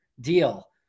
deal